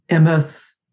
MS